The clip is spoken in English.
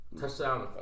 Touchdown